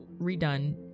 redone